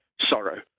sorrow